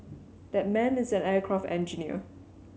that man is an aircraft engineer